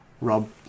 Rob